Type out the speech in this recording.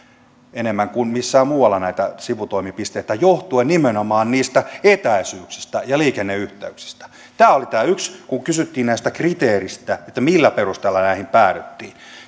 enemmän kuin missään muualla näitä sivutoimipisteitä johtuen nimenomaan niistä etäisyyksistä ja liikenneyhteyksistä tämä oli yksi peruste kun kysyttiin näistä kriteereistä millä perusteilla näihin päädyttiin